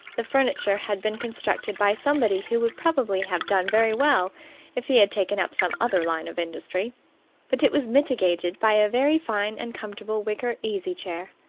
the furniture had been constructed by somebody who would probably have done very well if he had taken up some other line of industry but it was mitigated by a very fine and comfortable wicker easy chair,